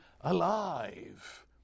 alive